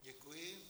Děkuji.